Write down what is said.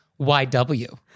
YW